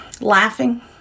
laughing